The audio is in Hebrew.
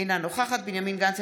אינה נוכחת בנימין גנץ,